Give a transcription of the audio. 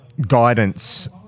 guidance